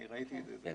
אני ראיתי את זה.